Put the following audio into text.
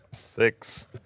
six